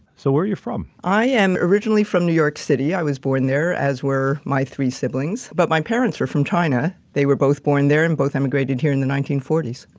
so where are you from? i am originally from new york city. i was born there as were my three siblings, but my parents are from china. they were both born there. and both emigrated here in the nineteen forty s.